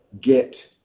get